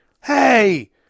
hey